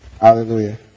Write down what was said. Hallelujah